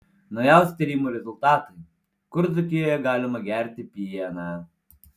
naujausi tyrimų rezultatai kur dzūkijoje galima gerti pieną